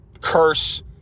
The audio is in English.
curse